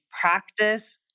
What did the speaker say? practice